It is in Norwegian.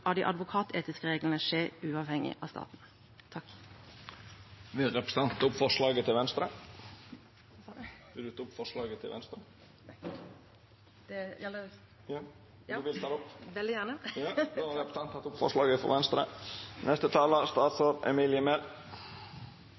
av de advokatetiske reglene skje uavhengig av staten. Vil representanten ta opp forslaget til Venstre? Ja, det vil jeg veldig gjerne. Representanten Emma Georgina Lind har teke opp det forslaget